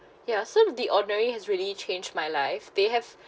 ya so The Ordinary has really changed my life they have